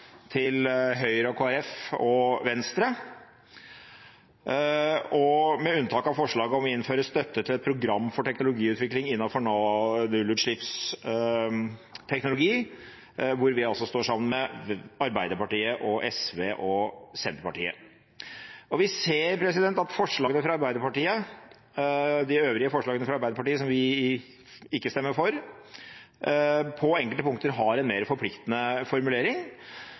til Høyre, Kristelig Folkeparti og Venstre, med unntak av forslaget om å innføre et større program for teknologiutvikling innenfor lav- og nullutslippsteknologi, hvor vi står sammen med Arbeiderpartiet, SV og Senterpartiet. Vi ser at de øvrige forslagene fra Arbeiderpartiet, som vi ikke stemmer for, på enkelte punkter har en mer forpliktende formulering,